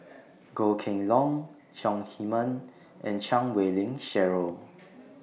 Goh Kheng Long Chong Heman and Chan Wei Ling Cheryl